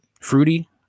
fruity